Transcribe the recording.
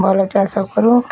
ଭଲ ଚାଷ କରୁ